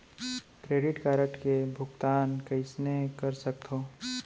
Credit card के भुगतान कईसने कर सकथो?